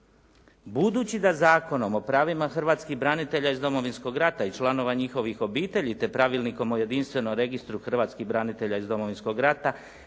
"Budući da Zakonom o pravima hrvatskih branitelja iz Domovinskog rata i članova njihovih obitelji te Pravilnikom o jedinstvenom registru hrvatskih branitelja iz Domovinskog rata